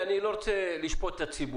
תראי, אני לא רוצה לשפוט את הציבור,